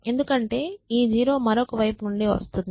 ఎందుకంటే ఈ 0 మరొక వైపు నుండి వస్తుంది